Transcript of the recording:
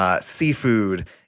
Seafood